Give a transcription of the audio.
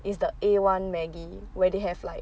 is the A one Maggi where they have like